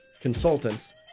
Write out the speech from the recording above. Consultants